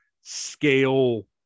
scale